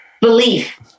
belief